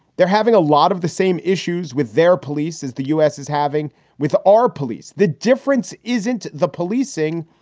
they're having a lot of the same issues with their police as the u s. is having with our police. the difference isn't the policing,